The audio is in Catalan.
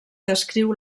descriu